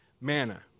manna